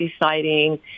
deciding